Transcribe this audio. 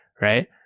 Right